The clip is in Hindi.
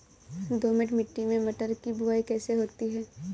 दोमट मिट्टी में मटर की बुवाई कैसे होती है?